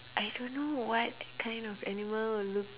I don't know what kind of animal will look